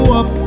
up